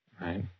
right